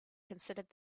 considered